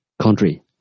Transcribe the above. country